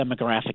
demographic